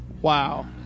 Wow